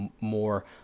more